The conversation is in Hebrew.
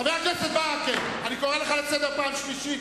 חבר הכנסת ברכה, אני קורא אותך לסדר פעם שלישית.